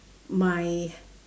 my